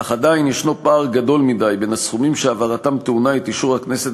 אך עדיין יש פער גדול מדי בין הסכומים שהעברתם טעונה את אישור הכנסת